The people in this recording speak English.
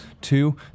Two